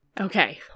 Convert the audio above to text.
Okay